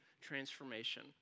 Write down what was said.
transformation